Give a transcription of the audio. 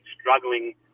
struggling